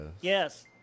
Yes